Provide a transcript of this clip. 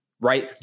right